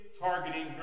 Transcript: targeting